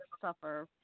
suffer